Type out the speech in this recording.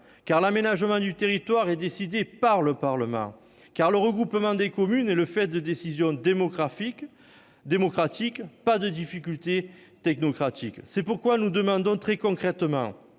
L'aménagement du territoire est décidé par le Parlement. Le regroupement de communes résulte de décisions démocratiques, et non de difficultés technocratiques. C'est pourquoi nous demandons, très concrètement,